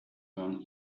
born